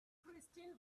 christine